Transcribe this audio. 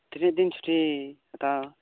ᱛᱤᱱᱟᱹᱜ ᱫᱤᱱ ᱪᱷᱩᱴᱤ ᱦᱟᱛᱟᱣᱟ